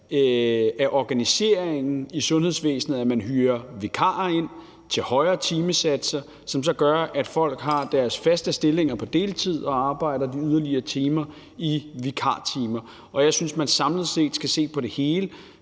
af organiseringen i sundhedsvæsenet, at man hyrer vikarer ind til højere timesatser, hvilket så gør, at folk har deres faste stillinger på deltid og arbejder de yderligere timer i vikartimer. Jeg synes, at man samlet set skal se på det hele,